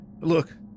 look